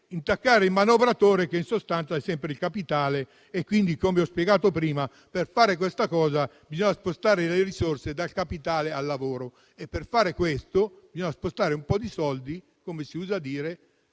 intaccare il manovratore, che in sostanza è sempre il capitale. Quindi - come ho spiegato prima - per fare questa cosa bisogna spostare le risorse dal capitale al lavoro. Per fare questo bisogna spostare un po' di soldi - come si usa dire